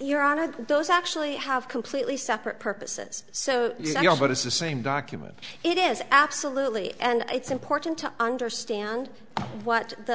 your honor those actually have completely separate purposes so yeah but it's the same document it is absolutely and it's important to understand what the